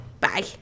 Bye